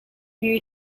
you